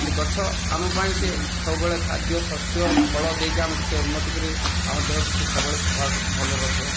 ସେ ଗଛ ଆମ ପାଇଁ ସେ ସବୁବେଳେ ଖାଦ୍ୟ ଶସ୍ୟ ଫଳ ଦେଇକି ଆମକୁ ସେ ଉନ୍ନତି କରି ଆମ ଦେହକୁ ସେ ସବୁ ବେଳେ ସଫା ଭଲରେ ରଖିବ